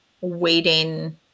waiting